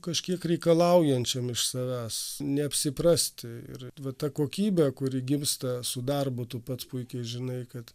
kažkiek reikalaujančiam iš savęs neapsiprasti ir va ta kokybė kuri gimsta su darbu tu pats puikiai žinai kad